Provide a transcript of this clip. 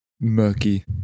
murky